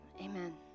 Amen